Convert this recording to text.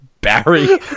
Barry